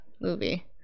movie